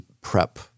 prep